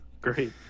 great